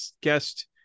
guest